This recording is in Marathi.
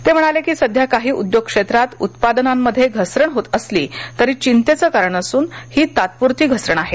ते म्हणाले की सध्या काही उद्योग क्षेत्रांत उत्पादनांमध्ये घसरण होत असली तरी चिंतेचं कारण नसून ही तात्पुरती घसरण आहे